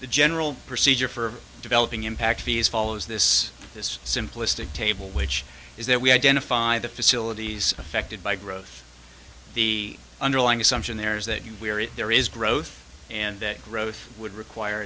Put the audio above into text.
the general procedure for developing impact be as follows this this simplistic table which is that we identify the facilities affected by growth the underlying assumption there is that you where there is growth and that growth would require